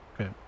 Okay